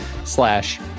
Slash